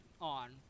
on